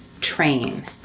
train